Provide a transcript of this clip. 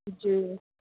जी